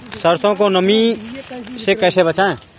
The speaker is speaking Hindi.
सरसो को नमी से कैसे बचाएं?